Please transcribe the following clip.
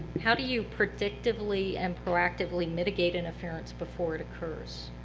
how do you predictably and proactively mitigate interference before it occurs?